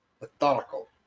methodical